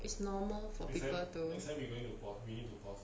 it's normal for photos